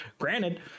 Granted